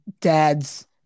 dad's